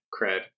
cred